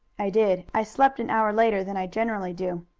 i did. i slept an hour later than i generally do.